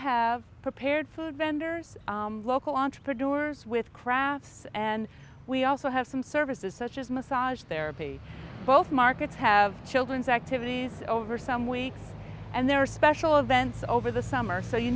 have prepared food vendors local entrepreneurs with crafts and we also have some services such as massage therapy both markets have children's activities over some weeks and there are special events over the summer so you